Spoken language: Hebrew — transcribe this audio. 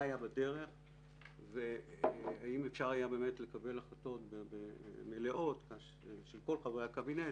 מה היה בדרך והאם אפשר היה לקבל החלטות מלאות של כל חברי הקבינט